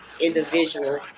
individual